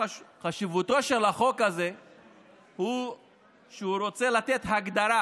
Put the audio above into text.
חשיבותו של החוק הזה היא שהוא רוצה לתת הגדרה